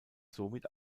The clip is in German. somit